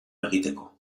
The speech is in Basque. egiteko